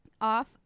off